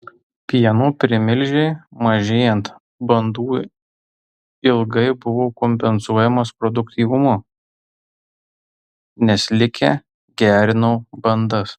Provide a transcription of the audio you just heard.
pieno primilžiai mažėjant bandų ilgai buvo kompensuojamas produktyvumu nes likę gerino bandas